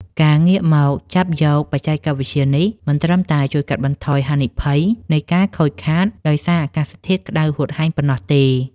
ការងាកមកចាប់យកបច្ចេកវិទ្យានេះ មិនត្រឹមតែជួយកាត់បន្ថយហានិភ័យនៃការខូចខាតដោយសារអាកាសធាតុក្ដៅហួតហែងប៉ុណ្ណោះទេ។